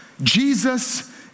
Jesus